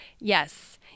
Yes